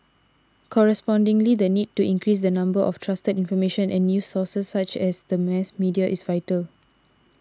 correspondingly the need to increase the number of trusted information and news sources such as the mass media is vital